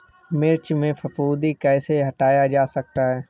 मिर्च में फफूंदी कैसे हटाया जा सकता है?